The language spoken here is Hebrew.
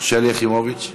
שלי יחימוביץ,